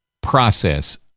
process